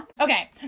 okay